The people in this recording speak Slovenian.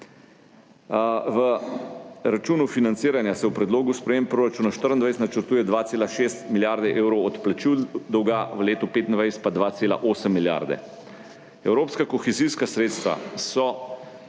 V računu financiranja se v predlogu sprememb proračuna 2024 načrtuje 2,6 milijarde evrov odplačil dolga, v letu 2025 pa 2,8 milijarde. Evropska kohezijska sredstva so